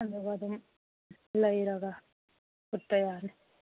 ꯑꯗꯨꯒ ꯑꯗꯨꯝ ꯂꯩꯔꯒ ꯐꯨꯠꯄ ꯌꯥꯅꯤ